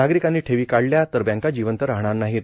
नागरिकांनी ठेवी काढल्या तर बँका जिवंत राहणार नाहीत